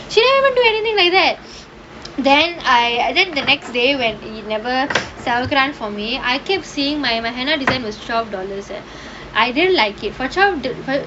she never even do anything like that then I then the next day when he never செவக்குறான்:sevakkuraan for me I keep seeing my my henna design was twelve dollars and I didn't like it for twelve